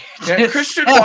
Christian